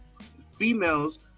females